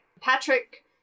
Patrick